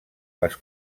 les